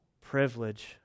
privilege